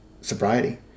sobriety